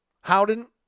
Howden